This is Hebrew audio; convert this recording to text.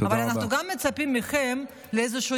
אבל אנחנו גם מצפים מכם לאיזושהי